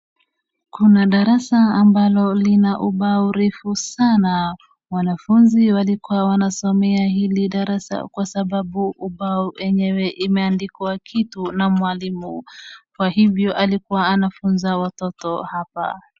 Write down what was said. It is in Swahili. Kuna darasa ambalo lina ubao refu sana, wanafunzi walikuwa wanasomea hili darasa kwa sababu ubao enyewe umeandikwa kitu na mwalimu, kwa hivyo alikuwa anafunza watoto hapa.